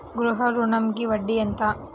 గృహ ఋణంకి వడ్డీ ఎంత?